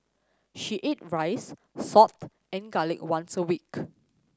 she ate rice salt and garlic once a week